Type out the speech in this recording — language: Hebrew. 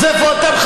אז איפה אתם,